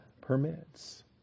permits